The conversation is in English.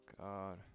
God